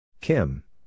Kim